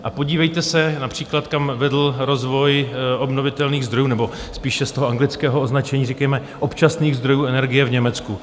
A podívejte se například, kam vedl rozvoj obnovitelných zdrojů, nebo spíše z toho anglického označení říkejme občasných zdrojů energie, v Německu.